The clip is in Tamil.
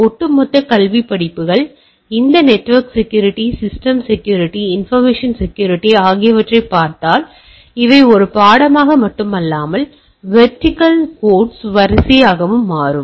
ஒட்டுமொத்த கல்விப் படிப்புகள் இந்த network security system security information security ஆகியவற்றைப் பார்த்தால் இவை ஒரு பாடமாக மட்டுமல்லாமல் வெர்டிகள் கோட்ஸ்களின் வரிசையாகவும் மாறும்